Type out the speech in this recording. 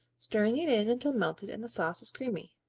stirring it in until melted and the sauce is creamy.